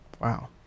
wow